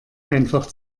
einfach